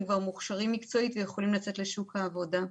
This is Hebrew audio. כבר מוכשרים מקצועית ויכולים לצאת לשוק העבודה.